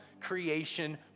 creation